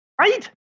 right